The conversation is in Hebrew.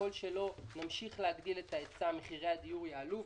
ככל שלא נמשיך להגדיל את ההיצע מחירי הדיור יעלו,